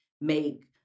make